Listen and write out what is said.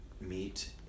meet